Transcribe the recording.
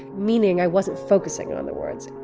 meaning i wasn't focusing on the words.